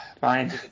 Fine